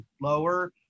lower